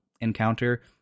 encounter